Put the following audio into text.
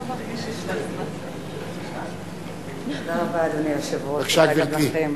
אדוני היושב-ראש, תודה רבה, תודה גם לכם,